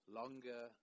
longer